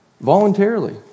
Voluntarily